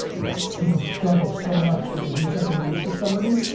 yeah. people struggle so much, when they do something nice for somebody,